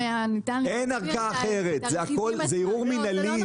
אין ערכאה אחרת, זה ערעור מנהלי.